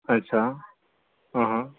अच्छा हं हं